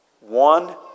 One